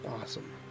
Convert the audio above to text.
Awesome